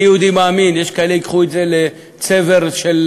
אני יהודי מאמין, יש כאלה שייקחו את זה לצבר של